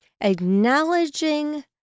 Acknowledging